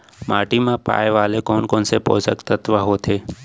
माटी मा पाए वाले कोन कोन से पोसक तत्व होथे?